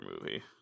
movie